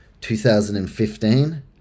2015